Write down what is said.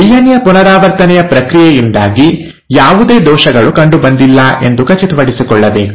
DNA ಪುನರಾವರ್ತನೆಯ ಪ್ರಕ್ರಿಯೆಯಿಂದಾಗಿ ಯಾವುದೇ ದೋಷಗಳು ಕಂಡುಬಂದಿಲ್ಲ ಎಂದು ಖಚಿತಪಡಿಸಿಕೊಳ್ಳಬೇಕು